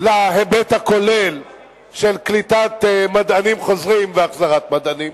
להיבט הכולל של קליטת מדענים חוזרים והחזרת מדענים.